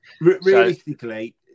Realistically